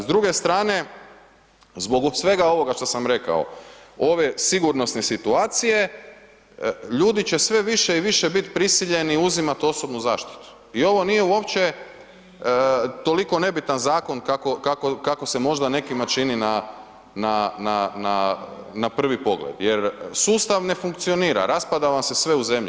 S druge strane, zbog svega ovoga što sam rekao, ove sigurnosne situacije, ljudi će sve više i više biti prisiljeni uzimat osobnu zaštitu i ovo nije uopće toliko nebitan zakon kako se možda nekima čini na prvi pogled jer sustav ne funkcionira, raspada vam se sve u zemlji.